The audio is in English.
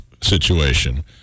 situation